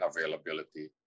availability